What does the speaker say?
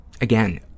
again